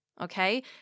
Okay